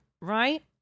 right